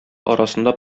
арасында